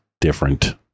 different